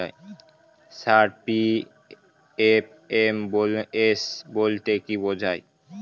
Sir PFMS বলতে কি বোঝায়?